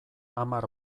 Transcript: hamar